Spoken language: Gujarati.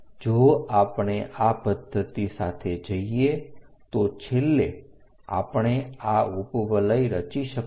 જો આપણે આ પદ્ધતિ સાથે જઈએ તો છેલ્લે આપણે આ ઉપવલય રચી શકીશું